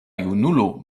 junulo